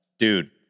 Dude